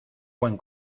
buen